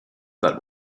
that